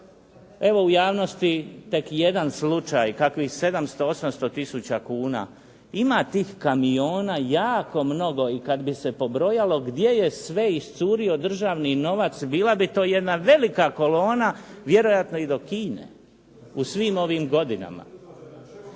Evo u javnosti tek jedan slučaj kakvih 700, 800 tisuća kuna. Ima tih kamiona jako mnogo i kad bi se pobrojalo gdje je sve iscurio državni novac bila bi to jedna velika kolona, vjerojatno i do Kine, u svim ovim godinama.